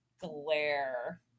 Glare